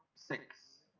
six